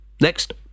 Next